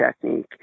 technique